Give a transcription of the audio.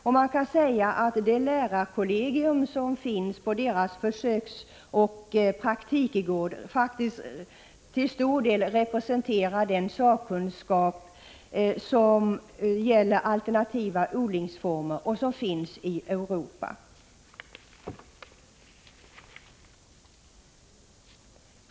Man kan faktiskt säga att lärarkollegiet vid deras försöksoch praktikgård representerar en stor del av sakkunskapen i Europa inom området alternativa odlingsfomer.